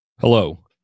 Hello